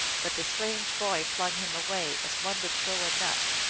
but the strange boy flung him away as one would throw a nut,